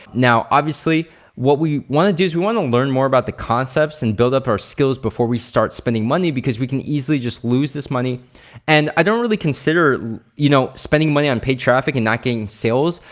now, obviously what we wanna do is we want to learn more about the concepts and build up our skills before we start spending money because we can easily just lose this money and i don't really consider you know spending money on paid traffic and not getting sales,